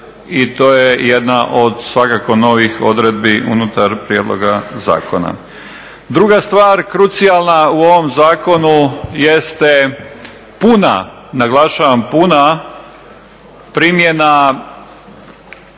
i to je jedna od svakako novih odredbi unutar prijedloga zakona. Druga stvar krucijalna u ovom zakonu jeste puna, naglašavam puna primjena